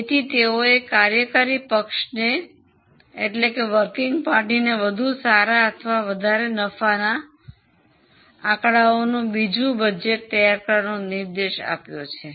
તેથી તેઓએ કાર્યકારી પક્ષને વધુ સારા અથવા વધારે નફાના આંકડાઓનું બીજું બજેટ લાવવા તૈયાર કરવાનો નિર્દેશ આપ્યો છે